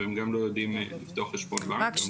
והם גם לא יודעים לפתוח חשבון בנק.